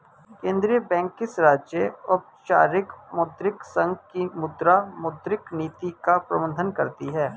केंद्रीय बैंक किसी राज्य, औपचारिक मौद्रिक संघ की मुद्रा, मौद्रिक नीति का प्रबन्धन करती है